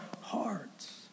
hearts